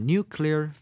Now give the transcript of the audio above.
Nuclear